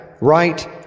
right